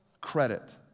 credit